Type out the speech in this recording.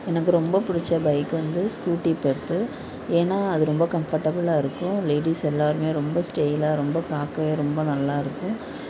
எனக்கு ரொம்ப பிடிச்ச பைக் வந்து ஸ்கூட்டி பெப்பு ஏன்னா அது ரொம்ப கம்ஃபர்ட்டபிளாக இருக்கும் லேடிஸ் எல்லாருமே ரொம்ப ஸ்டைலாக ரொம்ப பார்க்கவே ரொம்ப நல்லாயிருக்கும்